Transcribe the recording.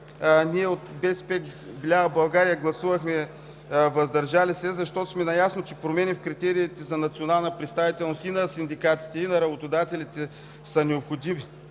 от БСП лява България гласувахме „въздържали се”, защото сме наясно, че промени в критериите за национална представителност и на синдикатите, и на работодателите са необходими,